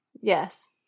Yes